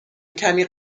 کمی